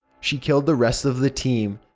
she killed the rest of the team.